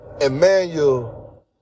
Emmanuel